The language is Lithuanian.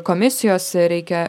komisijos reikia